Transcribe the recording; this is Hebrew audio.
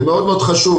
זה מאוד חשוב,